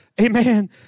Amen